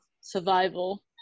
survival